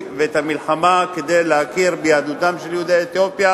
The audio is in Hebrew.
ואת המלחמה כדי להכיר ביהדותם של יהודי אתיופיה